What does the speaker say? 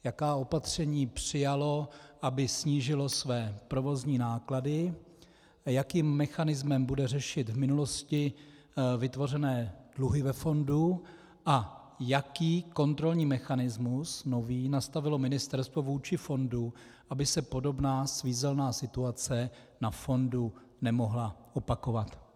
Jaká opatření přijalo, aby snížilo své provozní náklady, a jakým mechanismem bude řešit v minulosti vytvořené dluhy ve fondu a jaký kontrolní mechanismus, nový, nastavilo ministerstvo vůči fondu, aby se podobná svízelná situace na fondu nemohla opakovat.